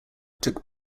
took